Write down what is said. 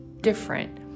different